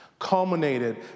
culminated